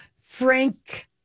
frank